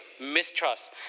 mistrust